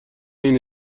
این